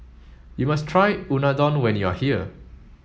you must try Unadon when you are here